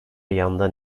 yandan